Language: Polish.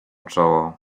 czoło